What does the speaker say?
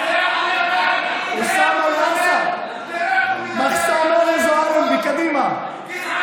אוסאמה, מחסום ארז או אלנבי, קדימה.